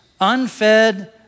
unfed